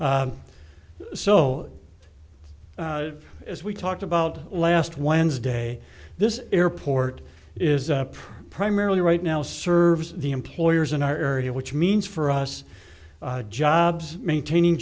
so as we talked about last wednesday this airport is per primarily right now serves the employers in our area which means for us jobs maintaining